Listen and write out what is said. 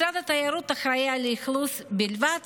משרד התיירות אחראי על האכלוס בלבד,